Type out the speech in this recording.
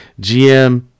gm